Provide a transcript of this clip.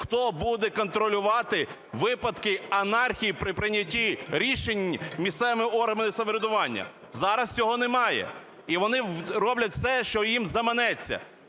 хто буде контролювати випадки анархії при прийнятті рішень місцевими органами самоврядування. Зараз цього немає, і вони роблять все, що їм заманеться,